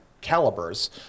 calibers